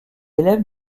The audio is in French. élèves